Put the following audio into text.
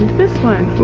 this one!